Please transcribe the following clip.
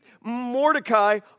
Mordecai